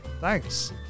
thanks